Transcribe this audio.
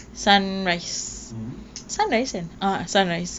mm